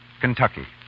Kentucky